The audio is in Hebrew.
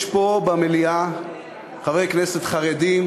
יש פה במליאה חברי כנסת חרדים,